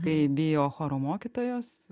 kai bijo choro mokytojos